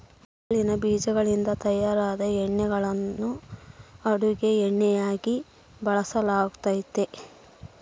ಎಳ್ಳಿನ ಬೀಜಗಳಿಂದ ತಯಾರಿಸಿದ ಎಣ್ಣೆಯನ್ನು ಅಡುಗೆ ಎಣ್ಣೆಯಾಗಿ ಬಳಸಲಾಗ್ತತೆ